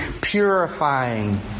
purifying